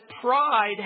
pride